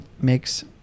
makes